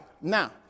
Now